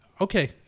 okay